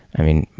i mean,